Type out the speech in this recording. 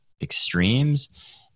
extremes